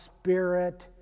spirit